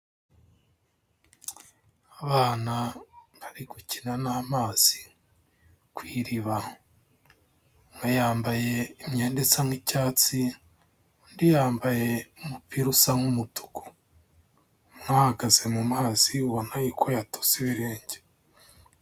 Abana bari gukina n'amazi ku iriba, umwe yambaye imyenda isa nk'icyatsi, undi yambaye umupira usa nk'umutuku, umwe ahagaze mu mazi ubona yuko yatose ibirenge.